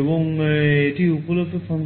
এবং 1 হয় কিনা তা পড়তে পারবেন